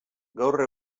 gaur